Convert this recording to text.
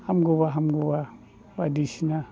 हामगौबा हामगौबा बायदिसिना